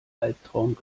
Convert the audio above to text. albtraum